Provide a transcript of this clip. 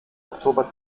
oktober